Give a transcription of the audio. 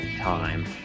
time